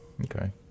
Okay